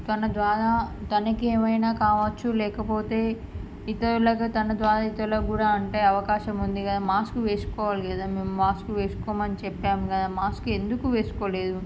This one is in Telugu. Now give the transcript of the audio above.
తన ద్వార తనకు ఏమైనా కావచ్చు లేకపోతే ఇతరులకు తన ద్వారా ఇతరులకు కూడా అంటే అవకాశం ఉంది కదా మాస్కు వేసుకోవాలి కదా మేము మాస్క్ వేసుకోమని చెప్పాం కదా మాస్క్ ఎందుకు వేసుకోలేదు